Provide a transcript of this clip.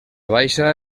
baixa